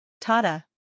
Tata